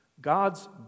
God's